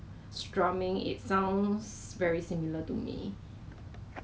those that really want to try Dove lah but don't want the whole thing